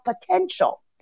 potential